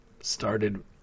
Started